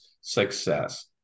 success